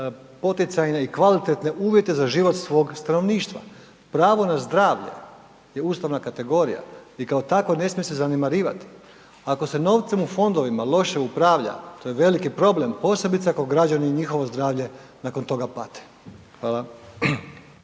poticajne i kvalitetne uvjete za život svog stanovništva. Pravo na zdravlje je ustavna kategorija i kao takvo ne smije se zanemarivati. Ako se novcem u fondovima loše upravlja to je veliki problem posebice ako građani i njihovo zdravlje nakon toga pate. Hvala.